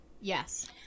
Yes